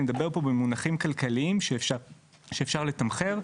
אני מדבר פה במונחים כלכליים שאפשר לתמחר,